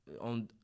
on